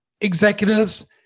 executives